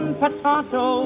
potato